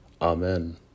Amen